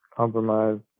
compromise